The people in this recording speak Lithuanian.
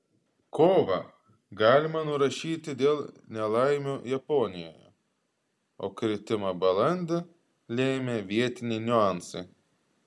kovą galima nurašyti dėl nelaimių japonijoje o kritimą balandį lėmė vietiniai niuansai